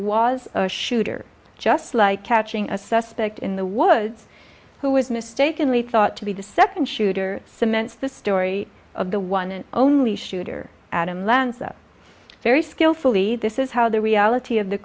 was a shooter just like catching a suspect in the woods who was mistakenly thought to be deception shooter cements the story of the one and only shooter adam lanza very skillfully this is how the reality of the